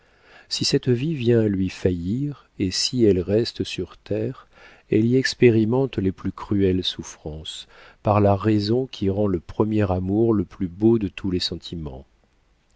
si cette vie vient à lui faillir et si elle reste sur terre elle y expérimente les plus cruelles souffrances par la raison qui rend le premier amour le plus beau de tous les sentiments